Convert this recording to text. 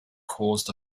caused